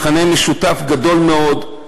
מכנה משותף גדול מאוד,